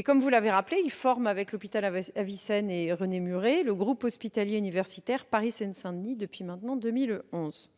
Comme vous l'avez rappelé, il forme avec les CHU Avicenne et René-Muret le groupe hospitalier universitaire Paris-Seine-Saint-Denis depuis 2011.